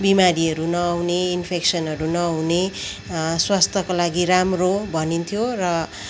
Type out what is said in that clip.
बिमारीहरू नआउने इन्फेकसनहरू नहुने स्वास्थ्यको लागि राम्रो भनिन्थ्यो र